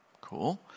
Cool